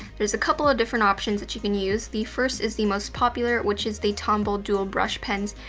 there's a couple of different options that you can use. the first is the most popular, which is the tombow dual brush pens,